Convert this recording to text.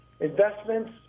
investments